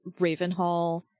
Ravenhall